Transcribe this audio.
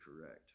correct